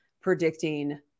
predicting